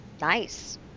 Nice